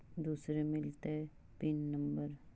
दुसरे मिलतै pin number?